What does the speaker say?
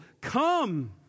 come